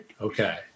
Okay